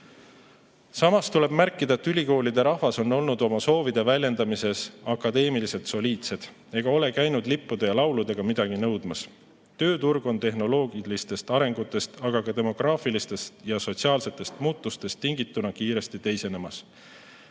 Samas tuleb märkida, et ülikoolide rahvas on olnud oma soovide väljendamises akadeemiliselt soliidne ega ole käinud lippude ja lauludega midagi nõudmas. Tööturg on tehnoloogilistest arengutest, aga ka demograafilistest ja sotsiaalsetest muutustest tingituna kiiresti teisenemas.